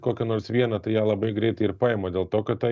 kokią nors vieną tai ją labai greitai ir paima dėl to kad ta